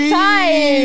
time